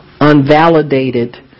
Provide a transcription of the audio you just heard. unvalidated